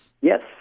Yes